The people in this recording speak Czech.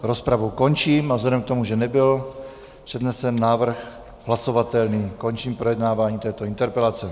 Rozpravu končím a vzhledem k tomu, že nebyl přednesen hlasovatelný návrh, končím projednávání této interpelace.